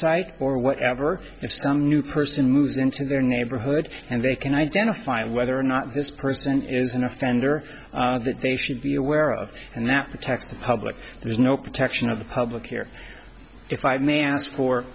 site or whatever some new person moves into their neighborhood and they can identify whether or not this person is an offender that they should be aware of and that protects the public there's no protection of the public here if i may ask for